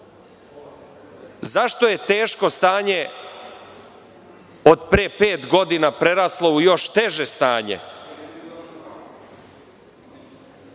je teško stanje od pre pet godina preraslo u još teže stanje?